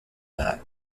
that